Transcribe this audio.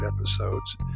episodes